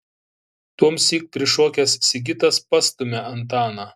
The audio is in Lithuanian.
tuomsyk prišokęs sigitas pastumia antaną